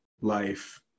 life